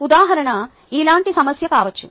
ఉదాహరణ ఇలాంటి సమస్య కావచ్చు